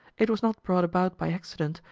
it was not brought about by accident,